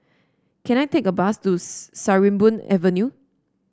can I take a bus to Sarimbun Avenue